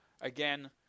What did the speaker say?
Again